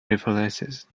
references